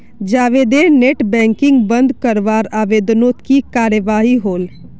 जावेदेर net banking बंद करवार आवेदनोत की कार्यवाही होल?